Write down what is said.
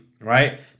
right